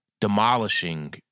demolishing